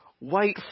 white